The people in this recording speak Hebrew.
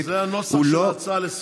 זה הנוסח של ההצעה לסדר-היום.